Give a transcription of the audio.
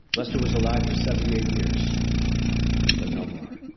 lester was alive for seventy eight years but no more.